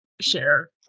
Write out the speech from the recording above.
share